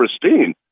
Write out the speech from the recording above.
pristine